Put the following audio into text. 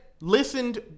listened